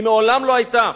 היא מעולם לא היתה.